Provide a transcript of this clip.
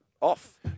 off